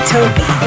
Toby